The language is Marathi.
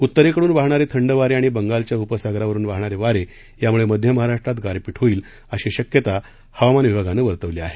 उत्तरेकडून वाहणारे थंड वारे आणि बंगालच्या उपसागरावरून वाहणारे वारे यामुळे मध्य महाराष्ट्रात गारपीट होईल अशी शक्यता हवामान विभागानं वर्तवली आहे